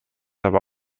aber